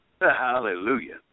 Hallelujah